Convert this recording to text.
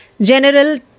General